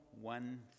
one